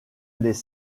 les